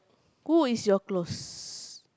who is your close